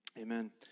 Amen